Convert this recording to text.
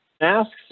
Masks